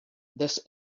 this